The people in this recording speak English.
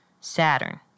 Saturn